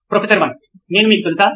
professor 1 నేను మీకు తెలుసా